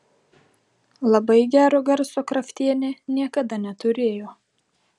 labai gero garso kraftienė niekada neturėjo